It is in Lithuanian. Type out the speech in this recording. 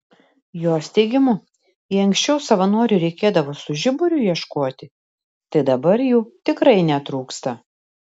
jos teigimu jei anksčiau savanorių reikėdavo su žiburiu ieškoti tai dabar jų tikrai netrūksta